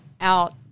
out